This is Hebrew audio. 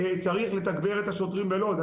צריך לתגבר את השוטרים בלוד.